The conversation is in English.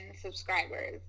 subscribers